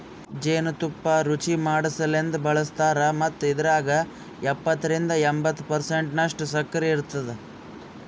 ಜೇನು ತುಪ್ಪ ರುಚಿಮಾಡಸಲೆಂದ್ ಬಳಸ್ತಾರ್ ಮತ್ತ ಇದ್ರಾಗ ಎಪ್ಪತ್ತರಿಂದ ಎಂಬತ್ತು ಪರ್ಸೆಂಟನಷ್ಟು ಸಕ್ಕರಿ ಇರ್ತುದ